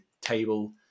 table